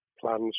plans